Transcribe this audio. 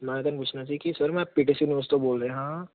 ਮੈਂ ਤੁਹਾਨੂੰ ਪੁੱਛਣਾ ਸੀ ਕਿ ਸਰ ਮੈਂ ਪੀ ਟੀ ਸੀ ਨਿਊਜ਼ ਤੋਂ ਬੋਲ ਰਿਹਾ ਹਾਂ